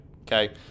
Okay